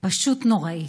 פשוט נוראית.